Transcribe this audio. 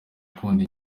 akunda